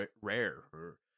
rare